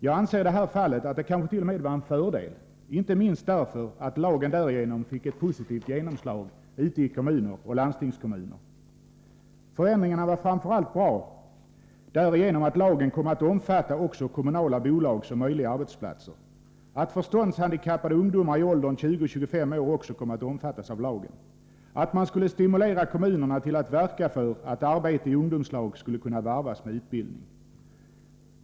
Jag anser i det här fallet att det kanske t.o.m. var en fördel, inte minst därför att lagen därigenom fick ett positivt genomslag ute i kommuner och landsting. Förändringarna var framför allt bra därigenom att lagen kom att omfatta också kommunala bolag som möjliga arbetsplatser, att förståndshandikappade ungdomar i åldern 20-25 år också kom att omfattas av lagen samt att man skulle stimulera kommunerna till att verka för att arbete i ungdomslag skulle kunna varvas med utbildning.